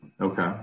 okay